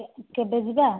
କେ କେବେ ଯିବା